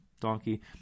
donkey